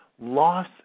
Loss